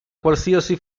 qualsiasi